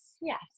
Yes